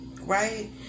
right